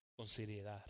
considerar